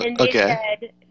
okay